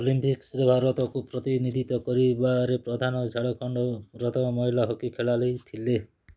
ଅଲିମ୍ପିକ୍ସରେ ଭାରତକୁ ପ୍ରତିନିଧିତ୍ୱ କରିବାରେ ପ୍ରଧାନ ଝାଡ଼ଖଣ୍ଡର ପ୍ରଥମ ମହିଳା ହକି ଖେଳାଳି ଥିଲେ